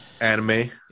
anime